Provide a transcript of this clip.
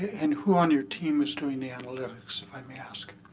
and who, on your team, is doing the analytics, if i may ask?